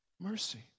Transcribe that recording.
mercy